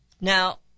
Now